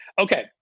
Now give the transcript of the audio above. Okay